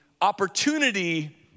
opportunity